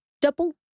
double